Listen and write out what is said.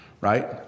Right